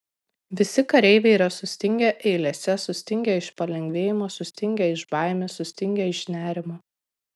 visi kareiviai yra sustingę eilėse sutingę iš palengvėjimo sustingę iš baimės sustingę iš nerimo